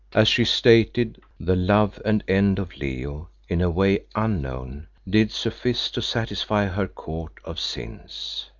as she stated, the love and end of leo in a way unknown, did suffice to satisfy her court of sins.